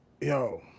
Yo